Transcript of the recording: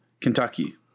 Kentucky